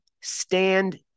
stand